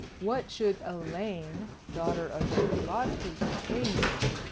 what should elaine, daughter of sir godfrey disseisin,